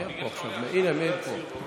אבל כל התקדימים האלה עוד יתהפכו עליהם,